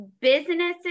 businesses